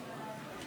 לחלופין